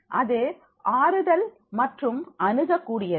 அது ஆறுதல் மற்றும் அணுகக் கூடியது